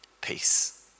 peace